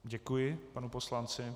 Děkuji panu poslanci.